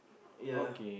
ya